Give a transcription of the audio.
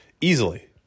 easily